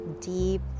deep